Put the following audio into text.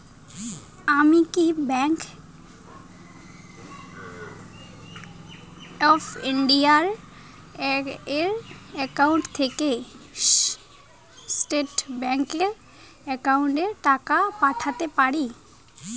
আমি কি bank of India এর একাউন্ট থেকে স্টেট ব্যাংক এর একাউন্টে টাকা পাঠাতে পারি?